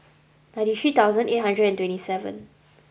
ninety three thousand eight hundred and twenty seven